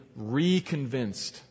reconvinced